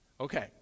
Okay